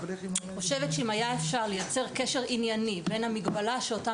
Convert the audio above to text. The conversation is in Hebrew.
אני חושבת שאם היה אפשר לייצר קשר ענייני בין המגבלה שאותה